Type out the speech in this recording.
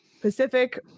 Pacific